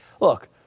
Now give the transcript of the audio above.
look